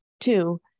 Two